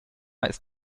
ist